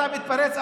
אתה מתפרץ,